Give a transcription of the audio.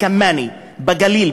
אל-כמאנה בגליל,